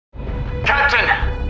Captain